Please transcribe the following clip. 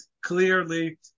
clearly